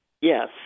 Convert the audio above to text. yes